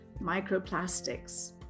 microplastics